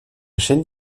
chaîne